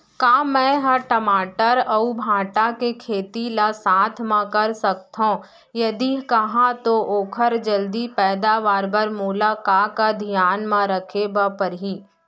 का मै ह टमाटर अऊ भांटा के खेती ला साथ मा कर सकथो, यदि कहाँ तो ओखर जलदी पैदावार बर मोला का का धियान मा रखे बर परही?